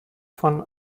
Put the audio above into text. von